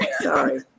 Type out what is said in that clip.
Sorry